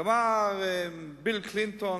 גמר עם ביל קלינטון,